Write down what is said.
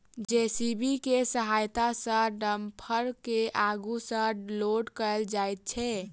JCB के सहायता सॅ डम्फर के आगू सॅ लोड कयल जाइत छै